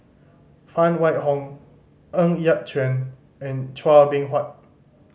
Phan Wait Hong Ng Yat Chuan and Chua Beng Huat